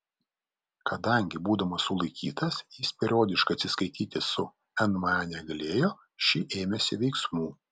kadangi būdamas sulaikytas jis periodiškai atsiskaityti su nma negalėjo ši ėmėsi veiksmų